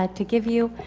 ah to give you.